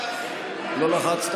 לא לחצתי.